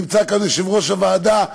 נמצא כאן יושב-ראש הוועדה,